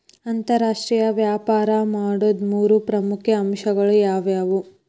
ಅಂತರಾಷ್ಟ್ರೇಯ ವ್ಯಾಪಾರ ಮಾಡೋದ್ ಮೂರ್ ಪ್ರಮುಖ ಅಂಶಗಳು ಯಾವ್ಯಾವು?